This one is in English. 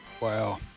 Wow